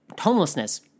homelessness